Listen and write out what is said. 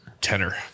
tenor